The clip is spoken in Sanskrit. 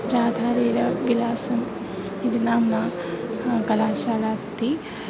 राधाविला विलासम् इति नाम्ना कलाशाला अस्ति